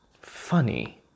Funny